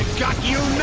got you